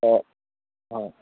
অঁ হয়